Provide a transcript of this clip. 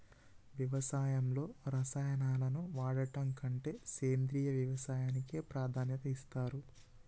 వ్యవసాయంలో రసాయనాలను వాడడం కంటే సేంద్రియ వ్యవసాయానికే ప్రాధాన్యత ఇస్తరు